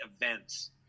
events